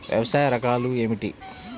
వ్యవసాయ రకాలు ఏమిటి?